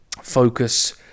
focus